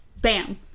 bam